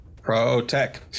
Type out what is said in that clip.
Pro-tech